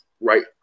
right